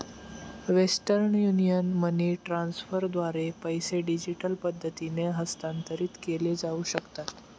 western Union money ट्रान्स्फरद्वारे पैसे digital पद्धतीने हस्तांतरित केले जाऊ शकतात